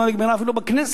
עוד לא נגמרה אפילו בכנסת,